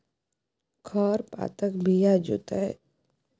खर पातक बीया जोतय घरी या फसल काटय घरी सब जगह पसरै छी